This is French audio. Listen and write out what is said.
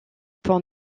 point